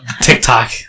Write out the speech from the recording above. tiktok